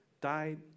died